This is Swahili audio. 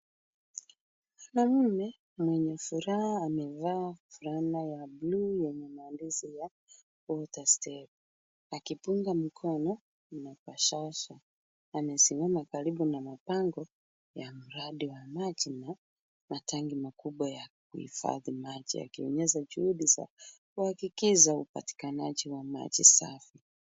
Mwanaume mwenye furaha amevaa fulana ya bluu yenye maandishi ya go tested akipunga mikono na kwa shasha amesimama karibu na mabango ya mradi wa maji na tangi makubwa ya kuhifadhi maji akionyesha juhudi za kuhakikisha upatikanaji wa maji safi.